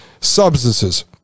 substances